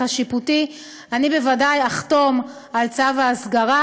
השיפוטי אני בוודאי אחתום על צו ההסגרה,